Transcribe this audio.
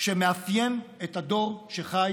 שמאפיינים את הדור שחי